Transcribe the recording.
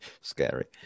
scary